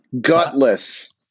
Gutless